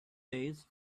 days